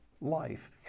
life